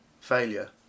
failure